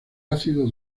ácido